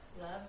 Love